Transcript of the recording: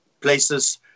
places